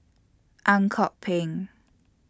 Ang Kok Peng